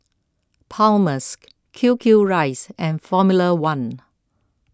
Palmer's Q Q Rice and formula one